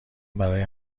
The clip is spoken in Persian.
برای